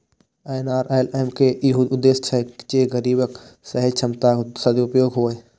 NRLM के इहो उद्देश्य छै जे गरीबक सहज क्षमताक सदुपयोग हुअय